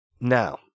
now